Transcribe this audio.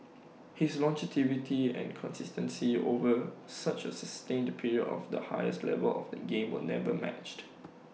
his longevity and consistency over such A sustained period of the highest level of the game will never matched